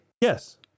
Yes